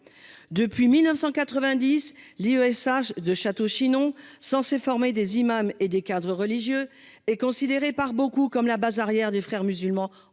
humaines (IESH) de Château-Chinon, censé former des imams et des cadres religieux, est considéré par beaucoup comme la base arrière des Frères musulmans